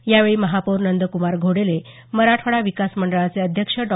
यावेळी महापौर नंद्कुमार घोडेले मराठवाडा विकास मंडळाचे अध्यक्ष डॉ